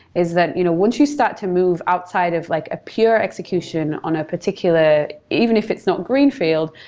is that you know once you start to move outside of like a pure execution on a particular, even if it's not greenfield,